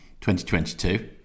2022